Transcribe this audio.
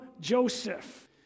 Joseph